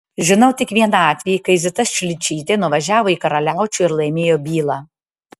žinau tik vieną atvejį kai zita šličytė nuvažiavo į karaliaučių ir laimėjo bylą